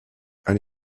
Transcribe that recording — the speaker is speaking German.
eine